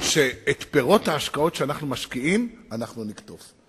שאת פירות ההשקעות שאנחנו משקיעים אנחנו נקטוף,